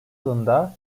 yılında